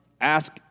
ask